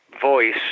voice